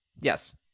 Yes